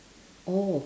oh